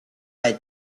had